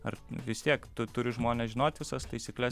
ar vis tiek tu turi žmonės žinot visas taisykles